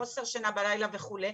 חוסר שינה בלילה וכולי.